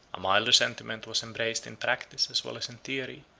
a milder sentiment was embraced in practice as well as in theory,